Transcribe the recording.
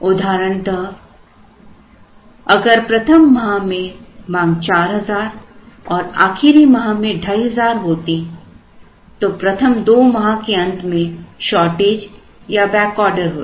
उदाहरणतः अगर प्रथम माह में मांग 4000 और आखिरी माह में 2500 होती तो प्रथम 2 माह के अंत में शॉर्टेज या बैकऑर्डर होता